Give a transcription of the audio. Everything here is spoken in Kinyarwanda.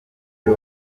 byo